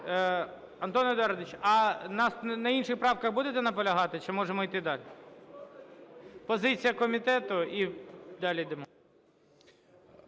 Антоне Едуардовичу, а на інших правках будете наполягати чи можемо іти далі? Позиція комітету і далі йдемо.